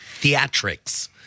theatrics